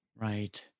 Right